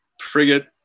Frigate